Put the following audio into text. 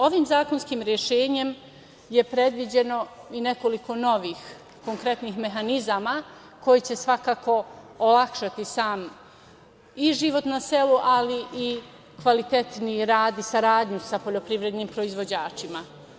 Ovim zakonskim rešenjem predviđeno je i nekoliko novih konkretnih mehanizama koji će svakako olakšati sam i život na selu, ali i kvalitetniji rad i saradnju sa poljoprivrednim proizvođačima.